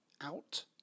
out